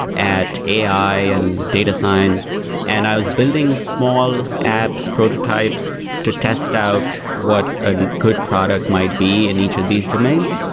at ai and data science. and i was building small apps, prototypes to test out what a good product might be in each of these domains.